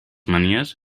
manies